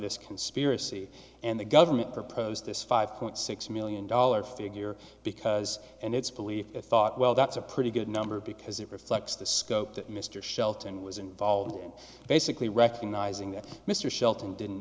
this conspiracy and the government proposed this five point six million dollars figure because and it's believed i thought well that's a pretty good number because it reflects the scope that mr shelton was involved in basically recognizing that mr shelton didn't